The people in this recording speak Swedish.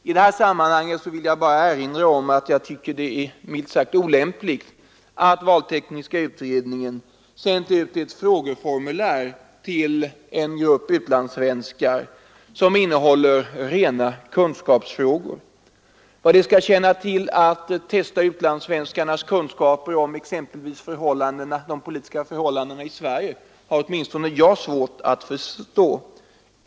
I detta sammanhang vill jag påpeka att jag tycker det är olämpligt att valtekniska utredningen sänt ut ett frågeformulär till en grupp utlandssvenskar som innehåller rena kunskapsfrågor. Vad det skall tjäna till att testa utlandssvenskarnas kunskaper om exempelvis de politiska förhållandena i Sverige har åtminstone jag svårt att förstå.